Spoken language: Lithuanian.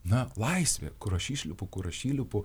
na laisvė kur aš išlipu kur aš įlipu